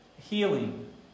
healing